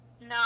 No